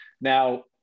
Now